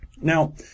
Now